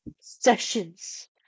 sessions